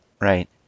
Right